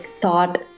thought